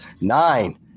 Nine